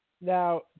Now